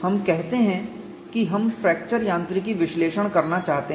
हम कहते हैं कि हम फ्रैक्चर यांत्रिकी विश्लेषण करना चाहते हैं